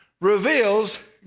reveals